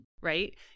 right